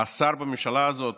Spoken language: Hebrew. השר בממשלה הזאת,